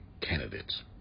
candidates